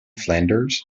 flanders